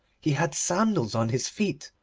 he had sandals on his feet,